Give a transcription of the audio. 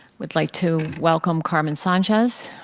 would like to welcome carmen sanchez,